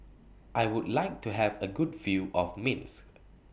I Would like to Have A Good View of Minsk